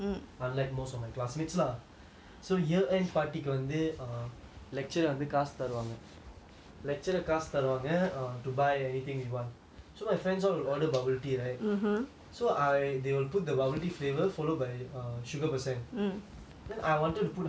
so year end party க்கு வந்து:ku vanthu err lecture வந்து காசு தருவாங்க:vanthu kaasu tharuvanga lecture காசு தருவாங்க:kasu tharuvanga err to buy anything you want so my friends all will order bubble tea right so I they will put the bubble tea flavour followed by err sugar per cent then I wanted to put a hundred per cent